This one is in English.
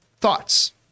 thoughts